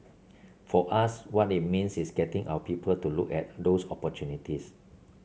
for us what it means is getting our people to look at those opportunities